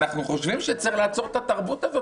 אנחנו חושבים שצריך לעצור את התרבות הזאת,